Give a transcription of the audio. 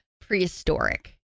prehistoric